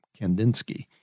Kandinsky